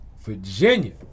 Virginia